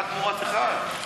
אחד תמורת אחד.